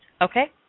Okay